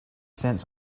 cents